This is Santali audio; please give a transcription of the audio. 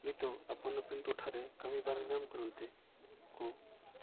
ᱱᱤᱛᱚᱜ ᱟᱯᱟᱱ ᱟᱯᱤᱱ ᱴᱚᱴᱷᱟᱨᱮ ᱠᱟᱹᱢᱤ ᱵᱟᱝ ᱧᱟᱢ ᱠᱟᱱᱛᱮ ᱠᱚ